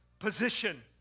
position